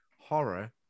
horror